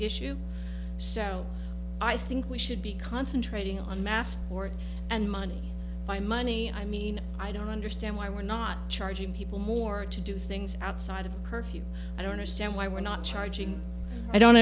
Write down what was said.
issue so i think we should be concentrating on mass or and money my money i mean i don't understand why we're not charging people more to do things outside of the curfew i don't understand why we're not charging i don't